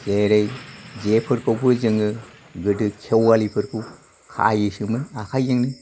जेरै जेफोरखौबो जोङो गोदो खेवालिफोरखौ खायोसोमोन आखायजोंनो